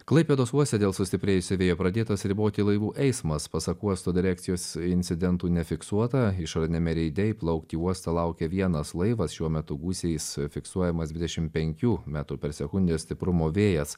klaipėdos uoste dėl sustiprėjusio vėjo pradėtas riboti laivų eismas pasak uosto direkcijos incidentų nefiksuota išoriniame reide įplaukti į uostą laukia vienas laivas šiuo metu gūsiais fiksuojamas dvidešim penkių metrų per sekundę stiprumo vėjas